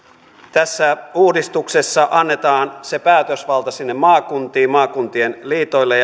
tässä uudistuksessa annetaan se päätösvalta sinne maakuntiin maakuntien liitoille